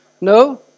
No